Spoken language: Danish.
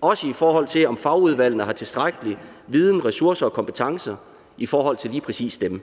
også i forhold til om fagudvalgene har tilstrækkelig viden, ressourcer og kompetencer i forhold til lige præcis dem.